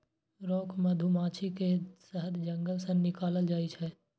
rock मधुमाछी के शहद जंगल सं निकालल जाइ छै